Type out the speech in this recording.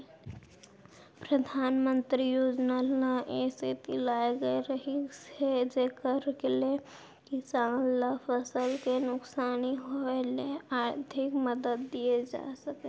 परधानमंतरी योजना ल ए सेती लाए गए रहिस हे जेकर ले किसान ल फसल के नुकसानी होय ले आरथिक मदद दिये जा सकय